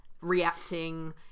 reacting